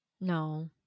no